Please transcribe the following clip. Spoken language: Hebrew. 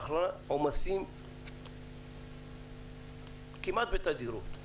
לאחרונה יש עומסים כמעט בתדירות.